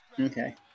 Okay